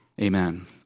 Amen